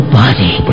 body